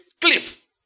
cliff